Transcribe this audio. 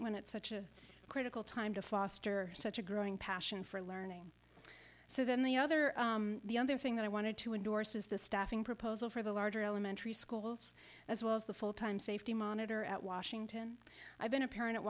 when it's such a critical time to foster such a growing passion for learning so then the other thing that i wanted to endorse is the staffing proposal for the larger elementary schools as well as the full time safety monitor at washington i've been a parent